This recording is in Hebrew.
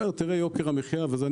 אמר: יוקר המחיה וזה.